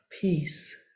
peace